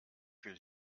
will